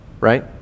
right